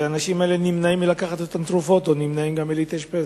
והאנשים האלה נמנעים מלקחת את התרופות וגם נמנעים מלהתאשפז.